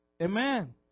Amen